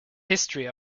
history